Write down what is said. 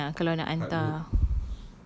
tapi kesian ah kalau nak hantar